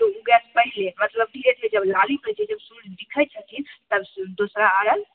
सूर्य उगै सँ पहिले मतलब धीरे धीरे जब लाली होइ छै जब सूर्ज दिखै छथिन तब सूर्ज दुसरा अर्घ्य